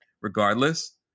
regardless